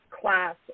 class